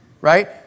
Right